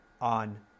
on